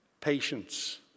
patience